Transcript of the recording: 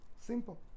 Simple